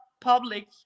public